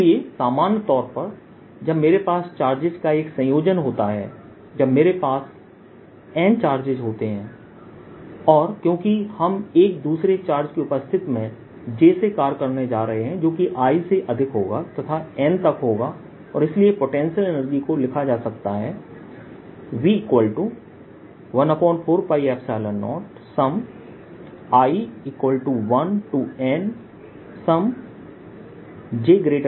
इसलिए सामान्य तौर पर जब मेरे पास चार्जेस का एक संयोजन होता है जब मेरे पास N चार्जेस होते हैं और क्योंकि हम एक दूसरे चार्जकी उपस्थिति में j से कार्य करने जा रहे हैं जोकि i से अधिक होगा तथा N तक होगा और इसीलिए पोटेंशियल को लिखा जा सकता है V14π0i1 NjiNQiQjrij